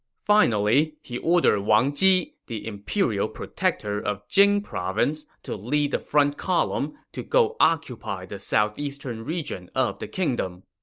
finally, he ordered wang ji, the imperial protector of jing province, to lead the front column to go occupy the southeastern region of the kingdom.